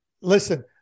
listen